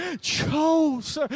chose